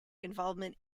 involvement